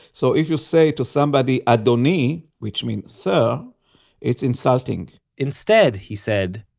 so if you say to somebody, adoni which mean sir it's insulting. instead, he said,